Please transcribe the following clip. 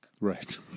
Right